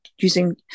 using